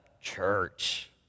church